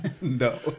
no